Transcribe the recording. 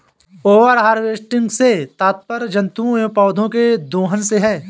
over harvesting से तात्पर्य जंतुओं एंव पौधौं के दोहन से है